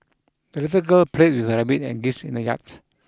the little girl played with her rabbit and geese in the yard